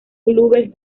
clubes